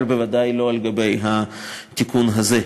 אבל בוודאי לא על גבי התיקון הזה.